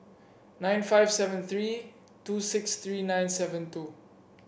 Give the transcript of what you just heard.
nine five seven three two six three nine seven two